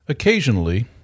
Occasionally